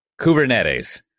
Kubernetes